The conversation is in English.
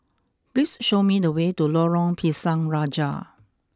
please show me the way to Lorong Pisang Raja